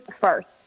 first